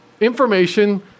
Information